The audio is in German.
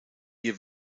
ihr